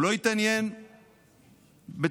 הוא לא התעניין בתפקידים,